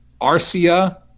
Arcia